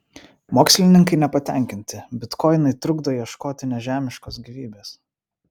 mokslininkai nepatenkinti bitkoinai trukdo ieškoti nežemiškos gyvybės